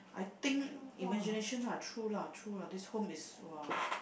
I think imagination true lah true lah this home is !wah!